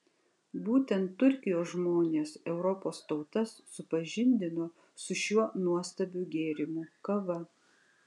būtent turkijos žmonės europos tautas supažindino su šiuo nuostabiu gėrimu kava